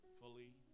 fully